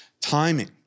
timing